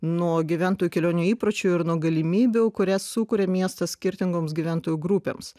nuo gyventojų kelionių įpročių ir nuo galimybių kurias sukuria miestas skirtingoms gyventojų grupėms